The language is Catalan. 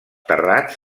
terrats